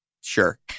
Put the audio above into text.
sure